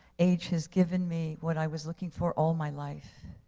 age has given me what i was looking for all my life.